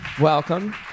welcome